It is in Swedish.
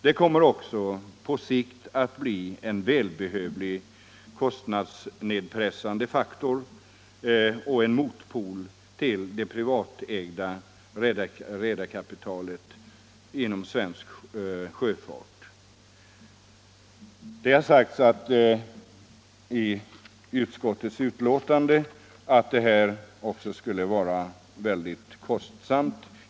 Det kommer också på sikt att bli en välbehövlig kostnadsnedpressande faktor och en motpol till det privatägda redarkapitalet inom svensk sjöfart. Det har sagts i utskottets betänkande att detta skulle vara mycket kostsamt.